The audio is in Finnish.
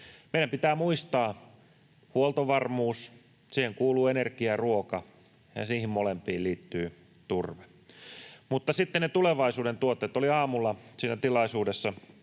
Meidän pitää muistaa huoltovarmuus. Siihen kuuluvat energia ja ruoka, ja niihin molempiin liittyy turve. Sitten ne tulevaisuuden tuotteet. Olin aamulla siinä tilaisuudessa,